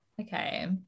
Okay